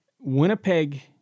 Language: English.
Winnipeg